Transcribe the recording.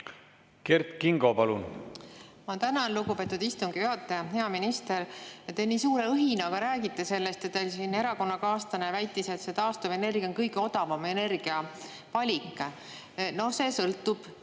Kert Kingo, palun! Ma tänan, lugupeetud istungi juhataja! Hea minister! Te nii suure õhinaga räägite sellest ja teil siin erakonnakaaslane väitis, et taastuvenergia on kõige odavam energiavalik. No see sõltub